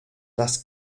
das